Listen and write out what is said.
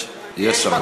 יש, יש שר.